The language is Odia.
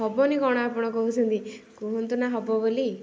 ହେବନି କ'ଣ ଆପଣ କହୁଛନ୍ତି କୁହନ୍ତୁ ନା ହେବ ବୋଲି